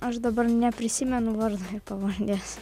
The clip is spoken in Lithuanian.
aš dabar neprisimenu vardo pavardės